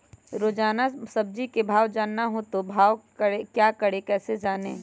रोजाना सब्जी का भाव जानना हो तो क्या करें कैसे जाने?